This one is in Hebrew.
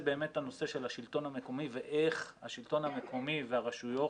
זה באמת בנושא של השלטון המקומי ואיך השלטון המקומי והרשויות